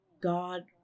God